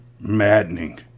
Maddening